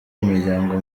imiryango